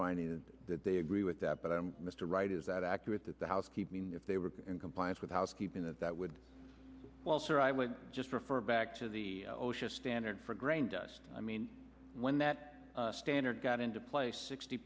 finding that they agree with that but i'm mr right is that accurate that the housekeeping if they were in compliance with housekeeping that that would well sir i would just refer back to the osha standard for grain dust i mean when that standard got into place sixty